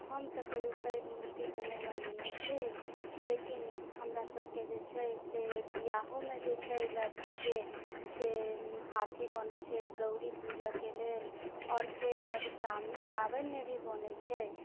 हम तऽ कहियो पैघ मूर्ति तऽ नहि बनेने छी लेकिन हमरा सबके जे छै से बियाहोमे जे छै लड़कीके से हाथी बनै छै गौड़ी पूजैके लेल आओर फेर मधुश्रावणी पाबनिमे भी बनै छै